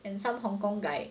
and some hong kong guy